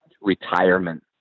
retirement